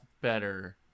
better